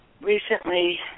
recently